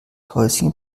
häuschen